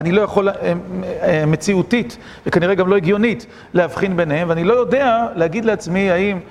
אני לא יכול מציאותית וכנראה גם לא הגיונית להבחין ביניהם ואני לא יודע להגיד לעצמי האם...